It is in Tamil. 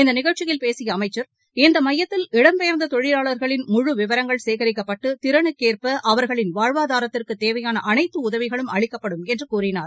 இந்த நிகழ்ச்சியில் பேசிய அமைச்சர் இந்த மையத்தில் இடம்பெயர்ந்த தொழிலாளர்களின் முழு விவரங்கள் சேகிக்கப்பட்டு திறனுக்கு ஏற்ப அவர்களின் வாழ்வாதாரத்திற்குத் தேவையான அனைத்து உதவிகளும் அளிக்கப்படும் என்று கூறினார்